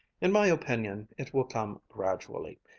in my opinion it will come gradually,